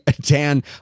Dan